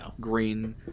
green